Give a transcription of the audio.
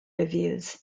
reviews